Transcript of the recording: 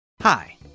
Hi